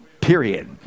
period